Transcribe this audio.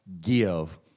give